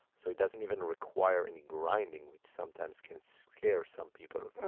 so it doesn't even require any grinding, which sometimes can scare some people.